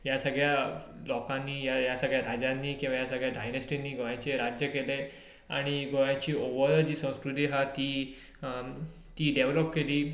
ह्या सगळ्यां लोकांनी ह्या सगळ्या राज्यांनी किंवा ह्या सगळ्या डायनेस्टिनीं गोंयचेर राज्य केलें आनी गोंयची ओवरऑल जी संस्कृती आसा ती ती डेवलॉप केली